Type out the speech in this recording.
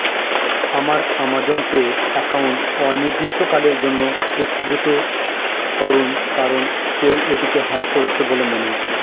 আমার Amazon pay account অনির্দিষ্টকালের জন্য স্থগিত করুন কারণ কেউ এটিকে হ্যাক করেছে বলে মনে হচ্ছে